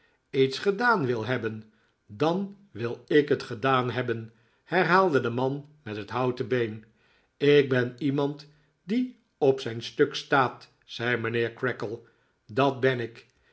lets gedaan wil hebben dan wil ik het gedaan hebben herhaalde de man met het houten been ik ben iemand die op zijn stuk staat zei mijnheer creakle dat ben ik